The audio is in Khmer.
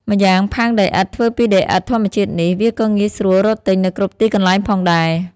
ម្យ៉ាងផើងដីឥដ្ឋធ្វើពីដីឥដ្ឋធម្មជាតិនេះ វាក៏ងាយស្រួលរកទិញនៅគ្រប់ទីកន្លែងផងដែរ ។